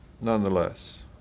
nonetheless